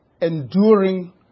enduring